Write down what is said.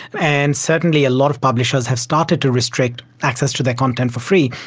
and certainly a lot of publishers have started to restrict access to their content for free.